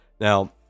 Now